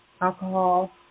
alcohol